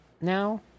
now